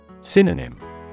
Synonym